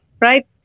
Right